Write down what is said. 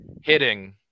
hitting